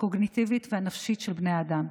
הקוגניטיבית והנפשית של בני האדם.